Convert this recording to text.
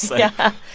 yeah.